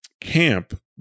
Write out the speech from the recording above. camp